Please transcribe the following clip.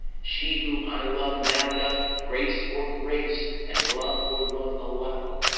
she whom i love now doth grace for grace and love for love allow.